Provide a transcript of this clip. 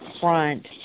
front